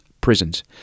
prisons